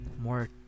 more